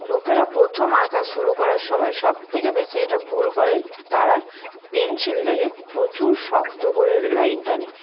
লোকেরা প্রথম আঁকা শুরু করার সময় সবথেকে বেশি যেটা ভুল করে তারা পেনসিলটাকে প্রচুর শক্ত করে লাইন টানে